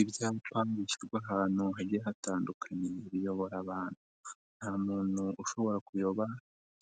Ibyapa bishyirwa ahantu hagiye hatandukanye biyobora abantu, nta muntu ushobora kuyoba